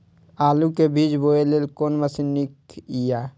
आलु के बीज बोय लेल कोन मशीन नीक ईय?